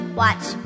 watch